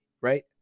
right